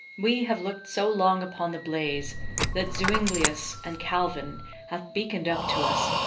we have looked so long upon the blaze that zuinglius and calvin hath beaconed up to us,